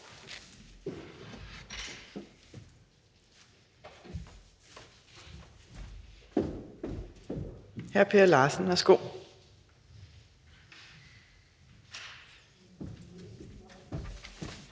Hr. Per Larsen, værsgo.